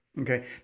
Okay